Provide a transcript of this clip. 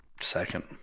Second